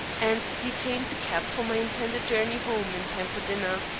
and detained the cab for my intended journey home in time for dinner.